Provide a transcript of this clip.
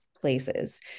places